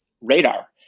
radar